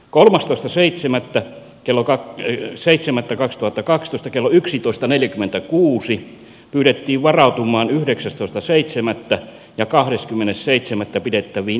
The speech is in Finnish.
kolmastoista seitsemättä kello kaksi seitsemättä kaksituhattakaksitoista kello yksitoista neljäkymmentäkuusi pyydettiin varautumaan yhdeksästoista seitsemättä ja kahdeskymmenes seitsemättä pidettävien